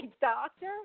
doctor